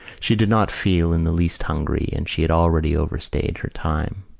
she did not feel in the least hungry and she had already overstayed her time.